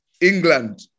England